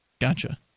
Gotcha